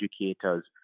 educators